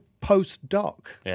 post-doc